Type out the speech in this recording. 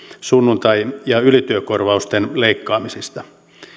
sunnuntai ja ylityökorvausten leikkaamisista